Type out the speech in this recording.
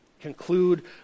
conclude